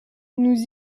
nous